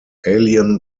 alien